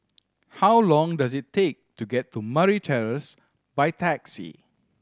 how long does it take to get to Murray Terrace by taxi